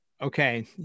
Okay